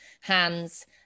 hands